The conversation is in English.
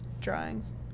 drawings